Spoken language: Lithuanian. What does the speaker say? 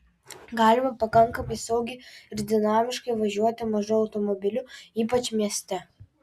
galima pakankamai saugiai ir dinamiškai važiuoti mažu automobiliu ypač mieste